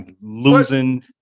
losing